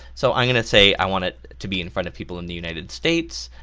so i'm gonna say i want it to be in front of people in the united states,